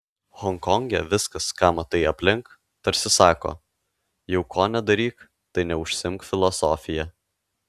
honkonge viskas ką matai aplink tarsi sako jau ko nedaryk tai neužsiimk filosofija